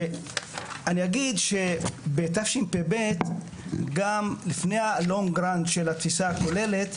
אני אגיד שבתשפ"ב גם לפני ה-long run של התפיסה הכוללת,